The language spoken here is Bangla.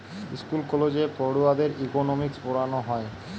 স্কুল কলেজে পড়ুয়াদের ইকোনোমিক্স পোড়ানা হয়